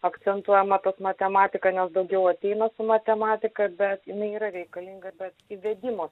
akcentuojama kad matematika nes daugiau ateina su matematika bet jinai yra reikalinga įvedimo